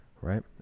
right